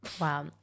wow